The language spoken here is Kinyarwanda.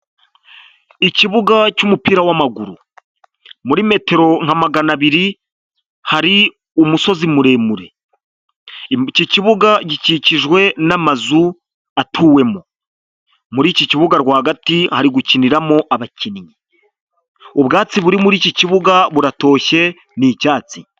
Ikibuga cy'umupira w'amaguru, muri metero nka magana abiri hari umusozi muremure, iki kibuga gikikijwe n'amazu atuwemo, muri iki kibuga rwagati hari gukiniramo abakinnyi, ubwatsi buri muri iki kibuga buratoshye ni icyatsi.